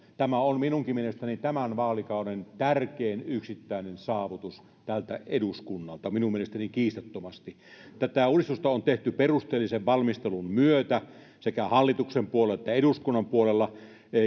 tämä on minunkin mielestäni tämän vaalikauden tärkein yksittäinen saavutus tältä eduskunnalta minun mielestäni kiistattomasti tätä uudistusta on tehty perusteellisen valmistelun myötä sekä hallituksen puolella että eduskunnan puolella